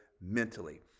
mentally